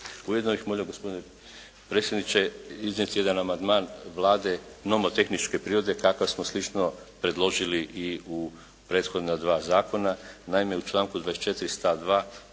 Ujedno bih molio gospodine predsjedniče iznijeti jedan amandman Vlade nomotehničke prirode kakav smo slično predložili i u prethodna dva zakona. Naime u članku 24.